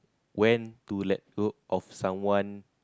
when to let go of someone